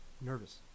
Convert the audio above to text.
nervous